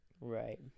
Right